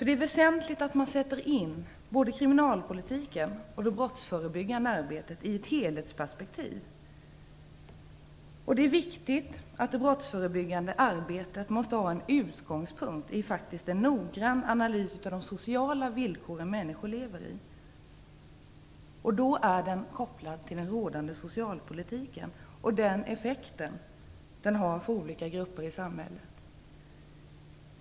Det är väsentligt att man sätter in både kriminalpolitiken och det brottsförebyggande arbetet i ett helhetsperspektiv. Det är viktigt att det brottsförebyggande arbetet har en utgångspunkt i en noggrann analys av de sociala villkor som människor lever i. Den är då kopplad till den rådande socialpolitiken och den effekt den har för olika grupper i samhället.